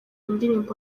indirimbo